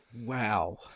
Wow